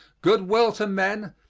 good will to men,